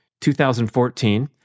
2014